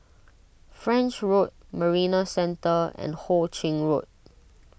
French Road Marina Centre and Ho Ching Road